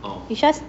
it's just